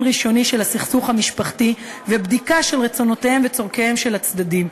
ראשוני של הסכסוך המשפחתי ובדיקה של רצונותיהם וצורכיהם של הצדדים.